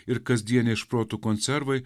ir kasdieniai šprotų konservai